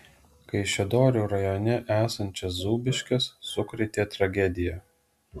kaišiadorių rajone esančias zūbiškes sukrėtė tragedija